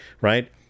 right